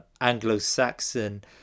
Anglo-Saxon